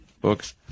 books